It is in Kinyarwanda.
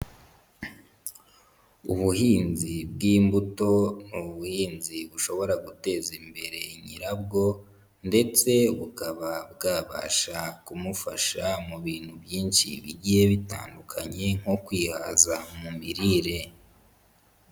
Ubuhinzi bw'imbuto ni ubuhinzi bushobora guteza imbere nyirabwo ndetse bukaba bwabasha kumufasha mu bintu byinshi bigiye bitandukanye nko kwihaza mu mirire.